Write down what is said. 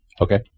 Okay